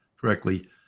correctly